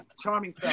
charming